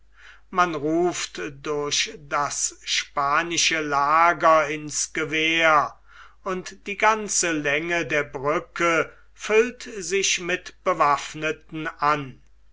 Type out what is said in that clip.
man ruft durch das spanische lager ins gewehr und die ganze länge der brücke füllt sich mit bewaffneten an